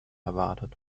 erwartet